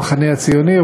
המחנה הציוני,